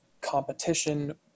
competition